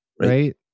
Right